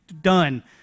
done